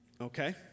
Okay